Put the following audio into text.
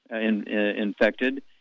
infected